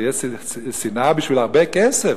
זו תהיה שנאה בשביל הרבה כסף,